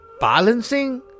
balancing